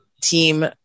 Team